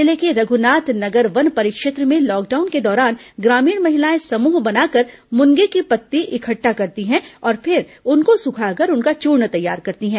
जिले के रघुनाथ नगर वन परिक्षेत्र में लॉकडाउन के दौरान ग्रामीण महिलाएं समूह बनाकर मुनगे की पत्ती इकट्ठी करती हैं और फिर उनको सूखाकर उनका चूर्ण तैयार करती हैं